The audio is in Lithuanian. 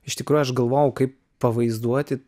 iš tikrųjų aš galvojau kaip pavaizduoti